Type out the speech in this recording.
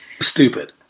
stupid